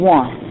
one